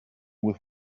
with